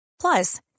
Plus